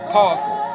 Powerful